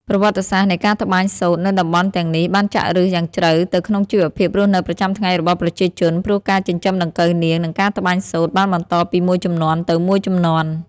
ប្រវត្តិសាស្ត្រនៃការត្បាញសូត្រនៅតំបន់ទាំងនេះបានចាក់ឫសយ៉ាងជ្រៅទៅក្នុងជីវភាពរស់នៅប្រចាំថ្ងៃរបស់ប្រជាជន ព្រោះការចិញ្ចឹមដង្កូវនាង និងការត្បាញសូត្របានបន្តពីមួយជំនាន់ទៅមួយជំនាន់។